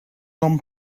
dom